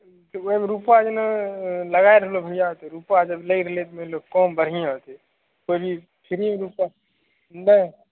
तऽ ओहिमे रूपा एना लगाय रहलो भैया तऽ रूपा जब लागि गेलै लोग काम बढ़िऑं छै कोई भी फ्री रूपा नहि